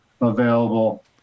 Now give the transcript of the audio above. available